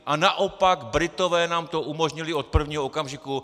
A naopak, Britové nám to umožnili od prvního okamžiku.